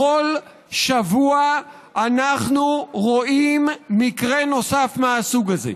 בכל שבוע אנחנו רואים מקרה נוסף מהסוג הזה.